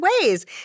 ways